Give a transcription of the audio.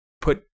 put